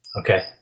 Okay